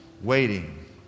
waiting